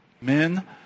Men